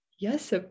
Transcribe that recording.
Yes